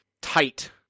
tight